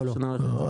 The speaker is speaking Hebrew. לא, לא.